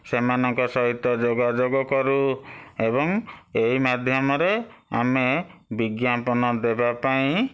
ସେମାନଙ୍କ ସହିତ ଯୋଗାଯୋଗ କରୁ ଏବଂ ଏହି ମାଧ୍ୟମରେ ଆମେ ବିଜ୍ଞାପନ ଦେବାପାଇଁ